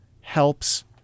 helps